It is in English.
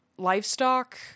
Livestock